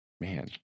man